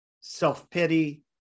self-pity